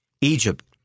Egypt